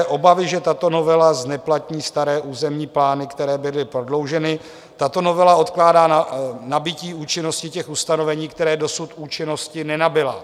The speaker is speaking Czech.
Obavy, že tato novela zneplatní staré územní plány, které byly prodlouženy tato novela odkládá nabytí účinnosti ustanovení, které dosud účinnosti nenabyla.